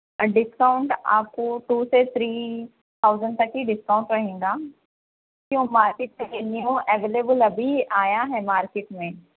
discount آپ کو two سے تھری تھاؤزینڈ تک ہی ڈسکاؤنٹ رہیں گا کیوں مارکیٹ کے نیو اویلیبل ابھی آیا ہے مارکیٹ میں